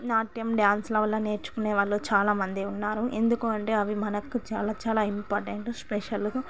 నాట్యం డ్యాన్స్ల వల్ల నేర్చుకునే వాళ్ళు చాలామంది ఉన్నారు ఎందుకంటే అవి మనకు చాలా చాలా ఇంపార్టెంటు స్పెషలు